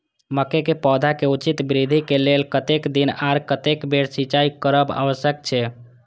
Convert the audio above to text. मके के पौधा के उचित वृद्धि के लेल कतेक दिन आर कतेक बेर सिंचाई करब आवश्यक छे?